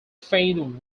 faint